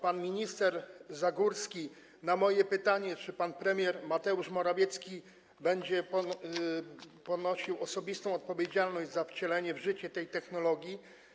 Pan minister Zagórski na moje pytanie o to, czy pan premier Mateusz Morawiecki będzie ponosił osobistą odpowiedzialność za wcielenie w życie tej technologii.